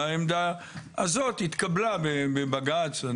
והעמדה הזאת התקבלה בבג"ץ.